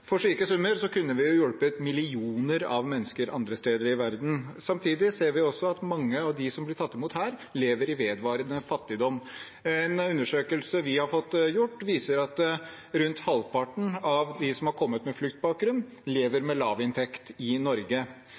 For slike summer kunne vi hjulpet millioner av mennesker andre steder i verden. Samtidig ser vi at mange av dem som blir tatt imot her, lever i vedvarende fattigdom. En undersøkelse vi har fått gjort, viser at rundt halvparten av dem som har kommet med fluktbakgrunn, lever med lavinntekt i Norge.